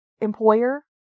employer